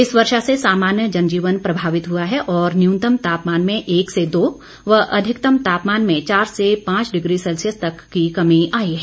इस वर्षा से सामान्य जनजीवन प्रभावित हुआ है और न्यूनतम तापमान में एक से दो व अधिकतम तापमान में चार से पांच डिग्री सेल्सियस तक की कमी आई है